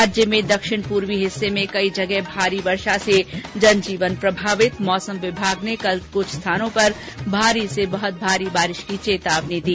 राज्य में दक्षिण पूर्वी हिस्से में कई जगह भारी वर्षा से जनजीवन प्रभावित मौसम विभाग ने कल कुछ स्थानों पर भारी से बहत भारी बारिश की चेतावनी दी